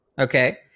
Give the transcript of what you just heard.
Okay